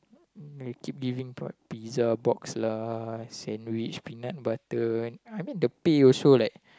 they keep giving what pizza box lah sandwich peanut butter I I mean the teh also like